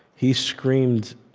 he screamed,